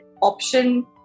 option